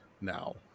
now